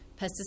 pesticides